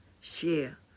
Share